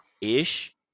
ish